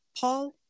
Paul